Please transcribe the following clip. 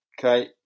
okay